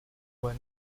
were